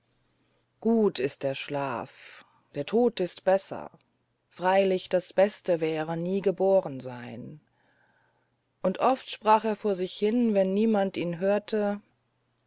gut ist der schlaf der tod ist besser freilich das beste wäre nie geboren sein und oft sprach er vor sich hin wenn niemand ihn hörte